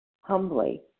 humbly